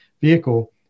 vehicle